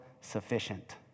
sufficient